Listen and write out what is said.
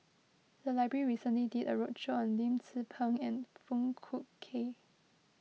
the library recently did a roadshow on Lim Tze Peng and Foong Fook Kay